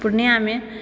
पूर्णियामे